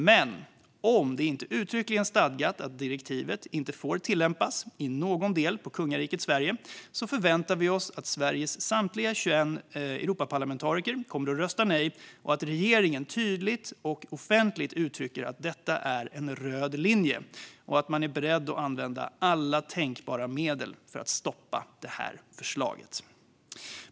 Men om det inte uttryckligen stadgas att direktivet inte i någon del får tillämpas på kungariket Sverige förväntar vi oss att Sveriges samtliga 21 Europaparlamentariker röstar nej och att regeringen tydligt och offentligt uttrycker att detta är en "röd linje" och att man är beredd att använda alla tänkbara medel för att stoppa förslaget.